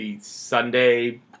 Sunday